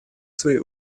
свои